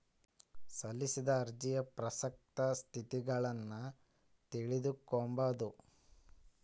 ಸಲ್ಲಿಸಿದ ಅರ್ಜಿಯ ಪ್ರಸಕ್ತ ಸ್ಥಿತಗತಿಗುಳ್ನ ತಿಳಿದುಕೊಂಬದು